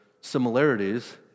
similarities